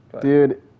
Dude